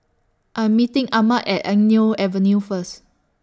I Am meeting Ahmed At Eng Neo Avenue First